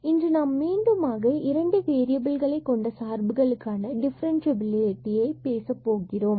மற்றும் இன்று நாம் மீண்டுமாக இரண்டு வேறியபில்களை கொண்ட சார்புகளுக்காண டிஃபரன்ஸ்சியபிலைப் பற்றி பேசப்போகிறோம்